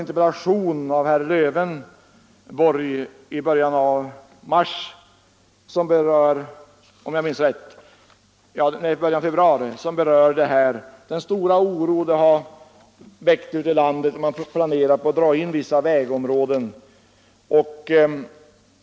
Det har - som också herr Lövenborg berörde i en interpellation, jag vill minnas i början av februari — väckt stor oro ute i landet att man planerar att dra in vissa vägområden.